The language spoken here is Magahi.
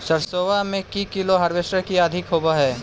सरसोबा मे की कैलो हारबेसटर की अधिक होब है?